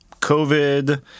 COVID